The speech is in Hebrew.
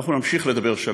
אנחנו נמשיך לדבר שלום.